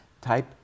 type